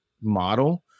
model